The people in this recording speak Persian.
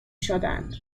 شدند